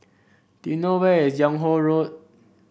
do you know where is Yung Ho Road